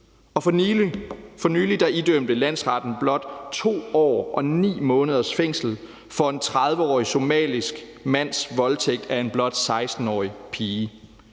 For nylig idømte landsretten blot 2 år og 9 måneders fængsel for en 30-årig somalisk mands voldtægt af en blot 16-årig pige.